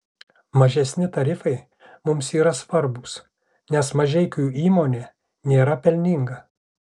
mažesni tarifai mums yra svarbūs nes mažeikių įmonė nėra pelninga